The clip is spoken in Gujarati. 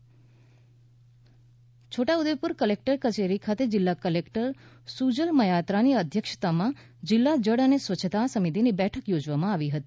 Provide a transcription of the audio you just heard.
પાણી પુરવઠા યોજનાઓ છોટાઉદેપુર કલેકટર કચેરી ખાતે જિલ્લા કલેકટર સુજલ મયાત્રાની અધ્યક્ષતામાં જિલ્લા જળ અને સ્વચ્છતા સમિતિની બેઠક યોજવામાં આવી હતી